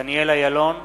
דניאל אילון,